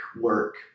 work